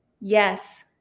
yes